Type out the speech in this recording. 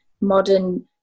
modern